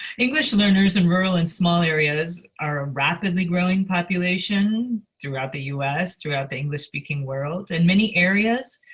english learners in rural and small areas are a rapidly-growing population throughout the us, throughout the english-speaking world in many areas,